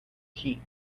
heat